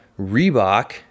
Reebok